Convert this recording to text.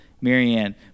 Marianne